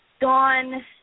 gone